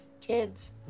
Kids